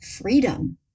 freedom